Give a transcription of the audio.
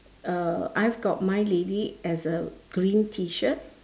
uh I've got my lady as a green tee shirt